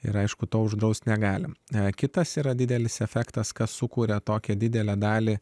ir aišku to uždrausti negalime ne kitas yra didelis efektas kas sukūrė tokią didelę dalį